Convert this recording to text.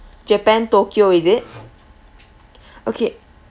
japan tokyo is it okay